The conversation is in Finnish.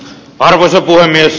arvoisa puhemies